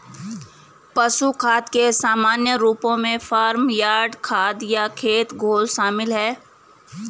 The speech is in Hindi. पशु खाद के सामान्य रूपों में फार्म यार्ड खाद या खेत घोल शामिल हैं